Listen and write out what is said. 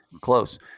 Close